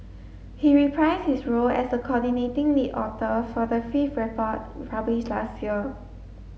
he reprised his role as a coordinating lead author for the fifth report published last year